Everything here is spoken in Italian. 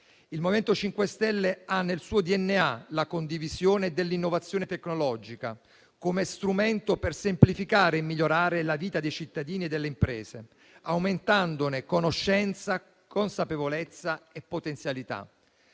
Il MoVimento 5 Stelle ha nel suo DNA la condivisione dell'innovazione tecnologica come strumento per semplificare e migliorare la vita dei cittadini e delle imprese, aumentandone conoscenza, consapevolezza e potenzialità.